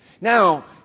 Now